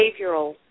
behavioral